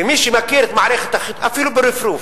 ומי שמכיר, אפילו ברפרוף,